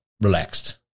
relaxed